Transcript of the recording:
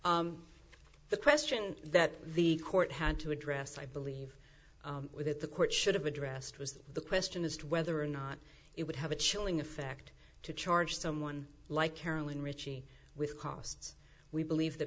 the question that the court had to address i believe that the court should have addressed was the question as to whether or not it would have a chilling effect to charge someone like carolyn ritchie with costs we believe that